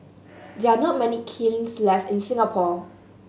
there are not many kilns left in Singapore